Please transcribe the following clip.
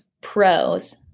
pros